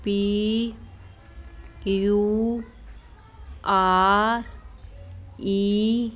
P U R E